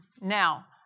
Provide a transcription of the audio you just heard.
Now